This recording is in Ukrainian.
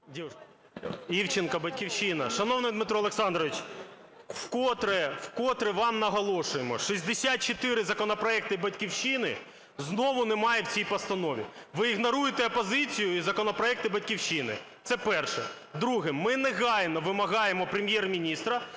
Івченко, "Батьківщина". Шановний Дмитро Олександрович, вкотре вам наголошуємо: 64 законопроекти "Батьківщини" знову немає в цій постанові. Ви ігноруєте опозицію і законопроекти "Батьківщини". Це перше. Друге. Ми негайно вимагаємо Прем’єр-міністра